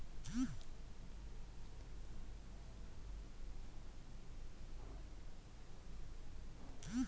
chart of accounts ನಲ್ಲಿ liability, assets, revenue expenses ಮಾಹಿತಿ ಇರುತ್ತೆ